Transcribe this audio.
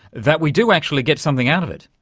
that we do actually get something out of it?